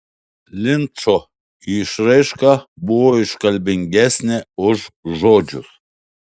linčo išraiška buvo iškalbingesnė už žodžius